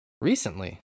recently